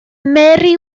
mary